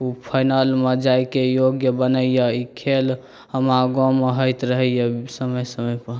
ओ फाइनलमे जायके योग्य बनैए ई खेल हमरा गाँवमे होइत रहैए समय समयपर